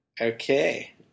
okay